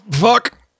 fuck